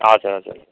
हजुर हजुर